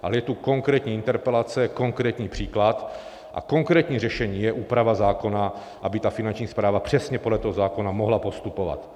Ale je tu konkrétní interpelace, konkrétní příklad a konkrétní řešení je úprava zákona, aby ta Finanční správa přesně podle toho zákona mohla postupovat.